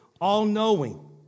all-knowing